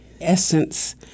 essence